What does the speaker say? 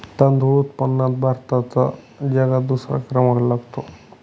तांदूळ उत्पादनात भारताचा जगात दुसरा क्रमांक लागतो